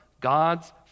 God's